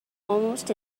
almost